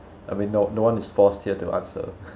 I mean no no one is forced here to answer